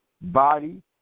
body